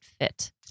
fit